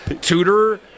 tutor